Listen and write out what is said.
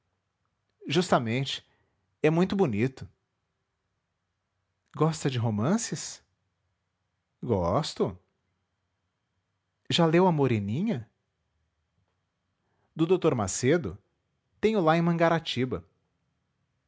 justamente é muito bonito gosta de romances gosto já leu a moreninha do dr macedo tenho lá em mangaratiba